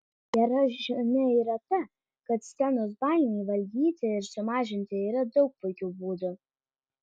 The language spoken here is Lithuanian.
gera žinia yra ta kad scenos baimei valdyti ir sumažinti yra daug puikių būdų